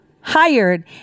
hired